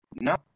No